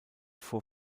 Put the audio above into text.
vor